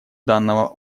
данного